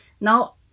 now